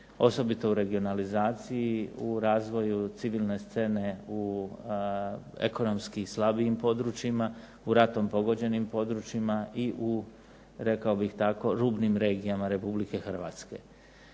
osobito u regionalizaciji, u razvoju civilne scene u ekonomski slabijim područjima, u ratom pogođenim područjima i u, rekao bih tako, rubnim regijama Republike Hrvatske.